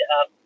up